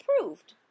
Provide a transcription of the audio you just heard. approved